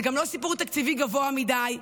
זה גם לא סיפור תקציבי גבוה מדי.